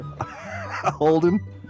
Holden